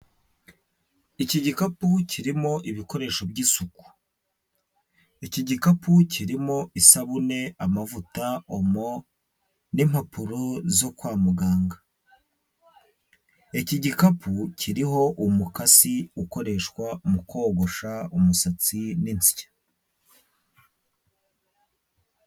Iki gikapu kirimo ibikoresho by'isuku, iki gikapu kirimo isabune, amavuta, omo n'impapuro zo kwa muganga, iki gikapu kiriho umukasi ukoreshwa mu kogosha umusatsi n'insya.